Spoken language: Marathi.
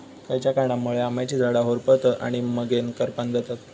खयच्या कारणांमुळे आम्याची झाडा होरपळतत आणि मगेन करपान जातत?